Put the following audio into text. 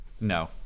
No